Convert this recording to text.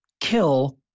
kill